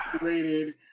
rated